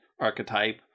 archetype